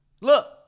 look